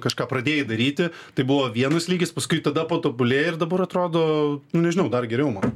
kažką pradėjai daryti tai buvo vienas lygis paskui tada patobulėjai ir dabar atrodo nu nežinau dar geriau man